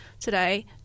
today